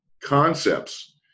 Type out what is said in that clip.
concepts